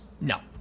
no